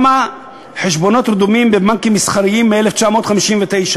כמה חשבונות רדומים בבנקים מסחריים מ-1989,